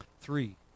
Three